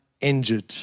injured